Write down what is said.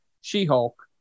She-Hulk